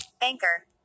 Anchor